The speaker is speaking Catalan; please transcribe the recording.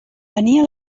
venia